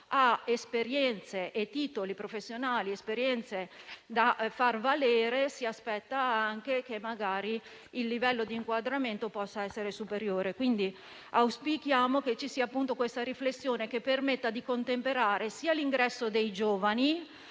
ha esperienze e titoli professionali da far valere, si aspetta anche che magari il livello di inquadramento possa essere superiore. Auspichiamo che ci sia questa riflessione che permetta di contemperare due esigenze: da